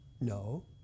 No